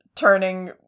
turning